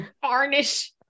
Varnish